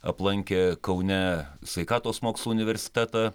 aplankė kaune sveikatos mokslų universitetą